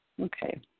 Okay